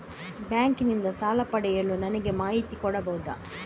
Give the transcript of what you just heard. Bank ನಿಂದ ಸಾಲ ಪಡೆಯಲು ನನಗೆ ಮಾಹಿತಿ ಕೊಡಬಹುದ?